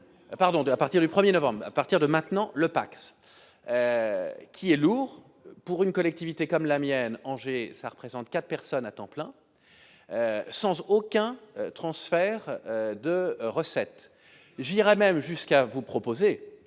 pardon de à partir du 1er novembre à partir de maintenant le Pacs qui est lourd pour une collectivité comme la mienne, Angers, ça représente 4 personnes à temps plein sans aucun transfert de recettes, j'irais même jusqu'à vous proposer,